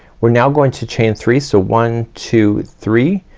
we're now going to chain three. so one two three.